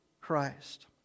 christ